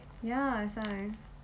ya that's why